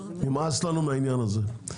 נמאס לנו מהעניין הזה,